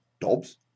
dobbs